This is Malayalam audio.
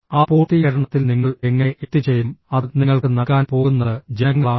ആ പൂർത്തീകരണത്തിൽ നിങ്ങൾ എങ്ങനെ എത്തിച്ചേരും അത് നിങ്ങൾക്ക് നൽകാൻ പോകുന്നത് ജനങ്ങളാണ്